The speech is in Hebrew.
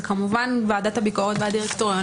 זה כמובן ועדת הביקורת והדירקטוריון,